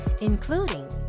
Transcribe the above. including